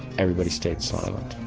everybody stayed silent.